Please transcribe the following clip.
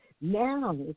Now